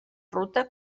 ruta